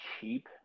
cheap